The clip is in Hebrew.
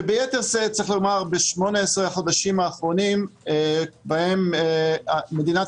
וביתר שאת 18 החודשים האחרונים שבהם מדינת